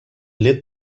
lit